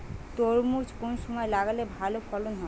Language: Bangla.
তরমুজ কোন সময় লাগালে ভালো ফলন হয়?